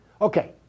Okay